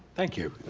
thank you.